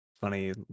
funny